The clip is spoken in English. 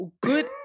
good